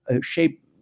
shape